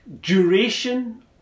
duration